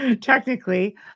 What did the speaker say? technically